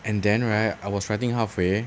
and then right I was writing halfway